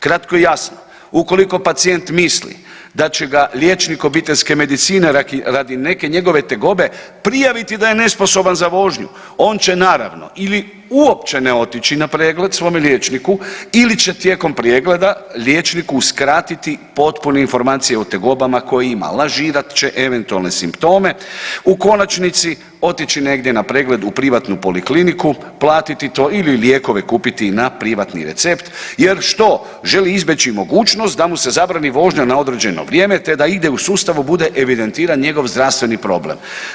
Kratko i jasno, ukoliko pacijent misli da će ga liječnik obiteljske medicine radi neke njegove tegobe prijaviti da je nesposoban za vožnju, on će, naravno, ili uopće ne otići na pregled svome liječniku ili će tijekom pregleda liječniku uskratiti potpune informacije o tegobama koje ima, lažirat će eventualne simptome, u konačnici, otići negdje na pregled u privatnu polikliniku, platiti to ili lijekove kupiti na privatni recept jer što, želi izbjeći mogućnost da mu se zabrani vožnja na određeno vrijeme te da ide u sustavu bude evidentiran njegov zdravstveni problem.